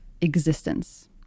existence